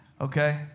Okay